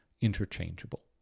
interchangeable